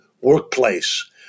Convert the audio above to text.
workplace